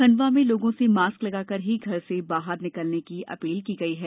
खंडवा में लोगों से मास्क लगाकर ही घर से बाहर निकलने की अपील की गयी है